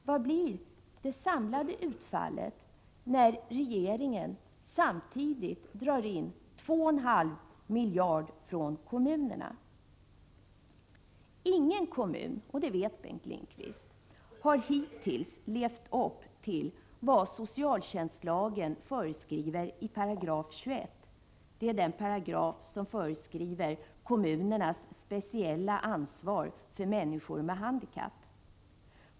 Vad blir det samlade utfallet när regeringen samtidigt drar in 2,5 miljarder från kommunerna? Ingen kommun — och det vet Bengt Lindqvist — har hittills levt upp till vad socialtjänstlagen föreskriver i 21 § om kommunernas speciella ansvar för människor med handikapp.